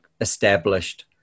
established